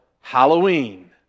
Halloween